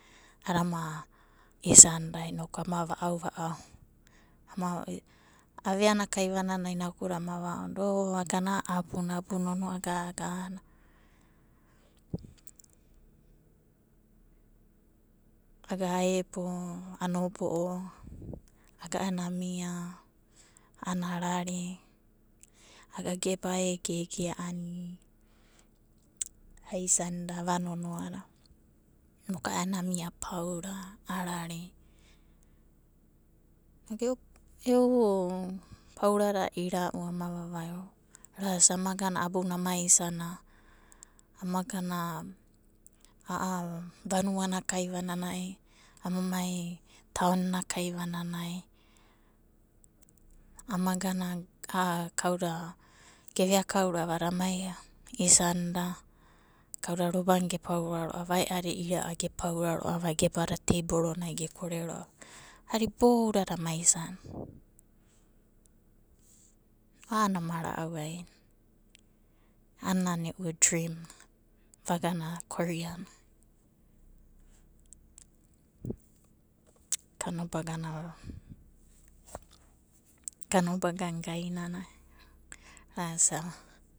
A'ada ama isanda inoku ama va'au va'au. Aveana kaivananai naku'uda ama vaonda o agana a'a abuna. Abuna nonoa gaga, aga aebo, anobo'o, aga a'aenanai amia, a'ana arari. Aga geba egege aisanda ava nonoada inokai a'aenana amia apaura, a rari. Inoku e'u paurada ira'au ama, vavai ro'a, orasa amagana abuna ama isanda, amagana a'a vanuana kaivananai, ama mai taon kaivananai, ama gana a'a kauda ge veakauro'a a'ada ama isanda. Kauda robanai gepaura ro'ava ae'adi ira'a gepaura ro'ava gebada teiboro nai gekore ro'ava a'ada iboudadai ama isanda. A'ana ama ra'au aina, ana nana e'u drim na vagana koria na, kanobagana kanobagana gainanai, orasava.